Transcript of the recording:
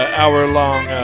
hour-long